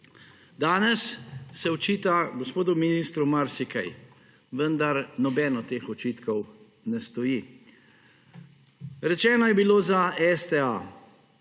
Danes se očita gospodu ministru marsikaj, vendar nobeden od teh očitkov ne stoji. Rečeno je bilo za STA.